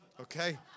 Okay